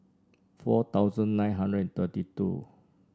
four thousand nine hundred and thirty two